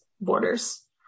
borders